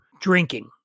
drinking